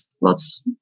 lots